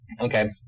Okay